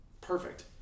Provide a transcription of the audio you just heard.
Perfect